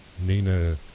Nina